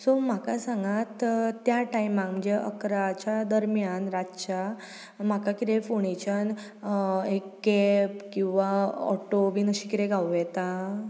so म्हाका सांगात त्या टायमांक म्हणजे इकराच्या दरर्म्यांत रातच्या म्हाका कितें फोंडेच्यान एक कॅब किंवां ऑटो बीन अशी कितें गावूं येता